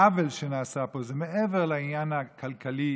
העוול שנעשה פה הוא מעבר לעניין הכלכלי